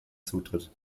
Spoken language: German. zutritt